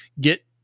get